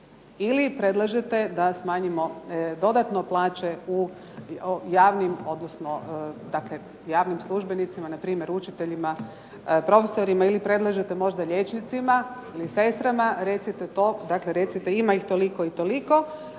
odnosno javnim, odnosno dakle javnim službenicima. Na primjer učiteljima, profesorima ili predlažete možda liječnicima ili sestrama. Recite to. Dakle, recite ima ih toliko i toliko.